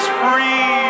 free